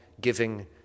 giving